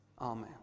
Amen